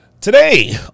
Today